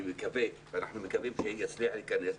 ואנחנו מקווים שיצליח להיכנס.